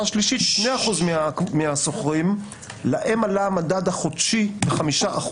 השלישית שהיא 2% מהשוכרים שלהם עלה המדד החודשי ב-5%.